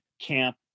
camp